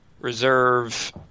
reserve